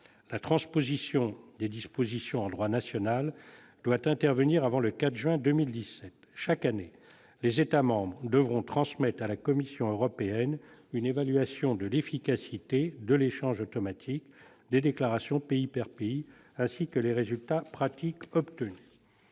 la transposition des dispositions en droit national devant intervenir avant le 4 juin 2017. Chaque année, les États membres devront transmettre à la Commission européenne une évaluation de l'efficacité de l'échange automatique des déclarations pays par pays, ainsi que les résultats pratiques obtenus.